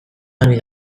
garbi